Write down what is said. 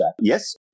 Yes